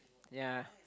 ya